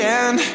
end